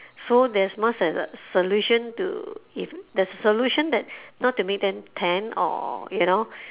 so there's one solution to if the solution that not to make them tan or you know